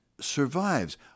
survives